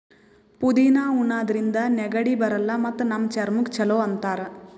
ಪುದಿನಾ ಉಣಾದ್ರಿನ್ದ ನೆಗಡಿ ಬರಲ್ಲ್ ಮತ್ತ್ ನಮ್ ಚರ್ಮಕ್ಕ್ ಛಲೋ ಅಂತಾರ್